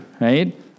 right